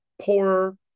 poorer